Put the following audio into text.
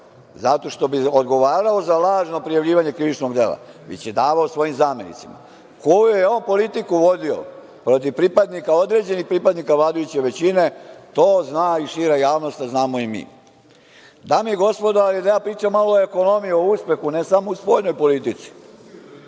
zato što bi odgovarao za lažno prijavljivanje krivičnog dela, već je davao svojim zamenicima, koju je on politiku vodio protiv određenih pripadnika vladajuće većine, to zna i šira javnost, a znamo i mi. Dame i gospodo, ali da ja pričam malo o ekonomiji i o uspehu, ne samo u spoljnoj politici.